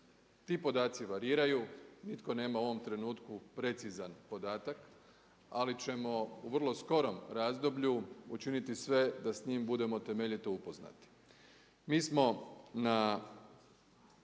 Ti podaci variraju, nitko nema u ovom trenutku precizan podatak, ali ćemo u vrlo skorom razdoblju učiniti sve da s njim budemo temeljito upoznati.